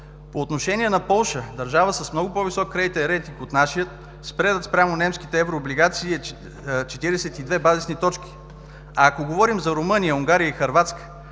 По отношение на Полша – държава с много по-висок кредитен рейтинг от нашия, спредът спрямо немските еврооблигации е 42 базисни точки. Ако говорим за Румъния, Унгария и Хърватска,